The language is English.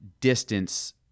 distance